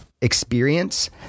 experience